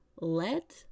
let